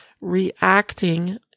reacting